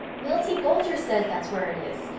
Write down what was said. milty boulter says that's where it is.